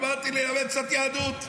אמרתי: ללמד קצת יהדות.